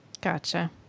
Gotcha